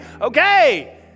Okay